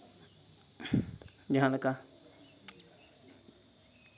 ᱡᱟᱦᱟᱸ ᱞᱮᱠᱟ